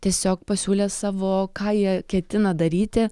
tiesiog pasiūlė savo ką jie ketina daryti